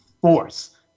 force